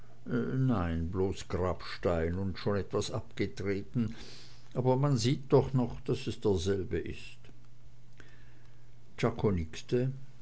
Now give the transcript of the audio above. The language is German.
nein bloß grabstein und schon etwas abgetreten aber man sieht doch noch daß es derselbe ist